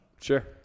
Sure